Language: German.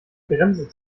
bremse